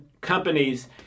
companies